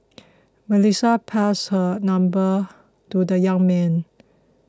Melissa passed her number to the young man